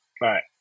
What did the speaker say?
right